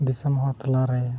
ᱫᱤᱥᱚᱢ ᱦᱚᱲ ᱛᱟᱞᱟᱨᱮ